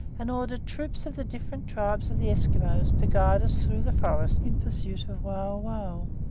and ordered troops of the different tribes of the esquimaux to guide us through the forests in pursuit of wauwau,